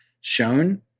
shown